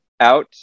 out